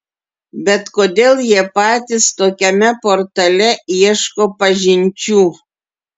bet kodėl jie patys tokiame portale ieško pažinčių